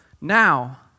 now